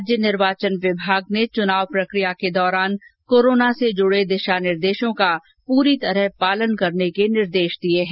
राज्य निर्वाचन विभाग ने चुनाव प्रक्रिया के दौरान कोरोना से जुड़े दिशा निर्देशों का पूरी तरह पालन करने के निर्देश दिये हैं